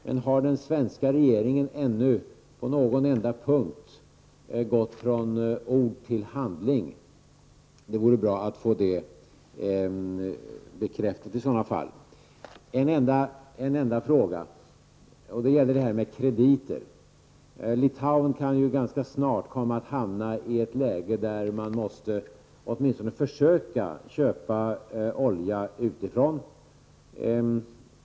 Men har den svenska regeringen ännu på någon enda punkt gått från ord till handling? Det vore i så fall bra att få detta bekräftat. Jag vill ställa en fråga angående krediter. Litauen kan ju ganska snart komma att hamna i ett läge där landet måste åtminstone försöka köpa olja utifrån.